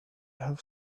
have